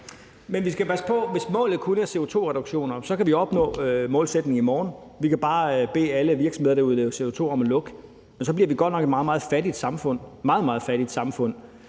på. Hvis målet kun er CO2-reduktioner, kan vi opnå målsætningen i morgen. Vi kan bare bede alle virksomheder, der udleder CO2, om at lukke. Men så bliver vi godt nok et meget, meget fattigt samfund